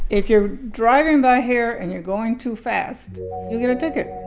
if you're driving by here and you're going too fast, you get a ticket.